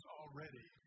already